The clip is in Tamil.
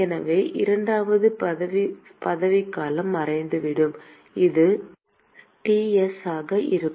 எனவே இரண்டாவது பதவிக்காலம் மறைந்துவிடும் இது Ts ஆக இருக்கும்